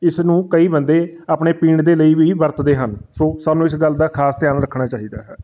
ਇਸ ਨੂੰ ਕਈ ਬੰਦੇ ਆਪਣੇ ਪੀਣ ਦੇ ਲਈ ਵੀ ਵਰਤਦੇ ਹਨ ਸੋ ਸਾਨੂੰ ਇਸ ਗੱਲ ਦਾ ਖਾਸ ਧਿਆਨ ਰੱਖਣਾ ਚਾਹੀਦਾ ਹੈ